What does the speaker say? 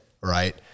right